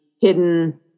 hidden